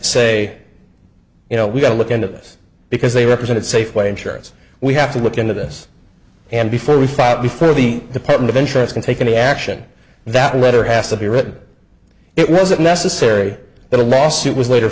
say you know we got to look into this because they represent safeway insurance we have to look into this and before we file before the department of insurance can take any action that letter has to be written it wasn't necessary that a lawsuit was later